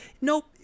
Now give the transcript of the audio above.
Nope